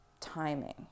timing